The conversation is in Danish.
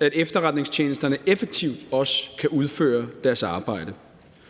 at efterretningstjenesterne effektivt også kan udføre deres arbejde.